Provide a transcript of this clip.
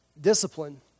Discipline